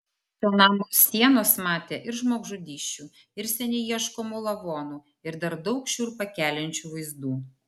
šio namo sienos matė ir žmogžudysčių ir seniai ieškomų lavonų ir dar daug šiurpą keliančių vaizdų